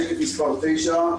שקף מספר 9,